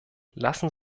lassen